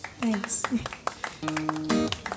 Thanks